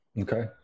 Okay